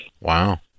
Wow